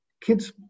kids